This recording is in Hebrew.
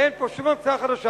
אין פה שום המצאה חדשה.